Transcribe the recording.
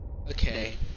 Okay